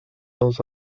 dans